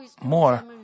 more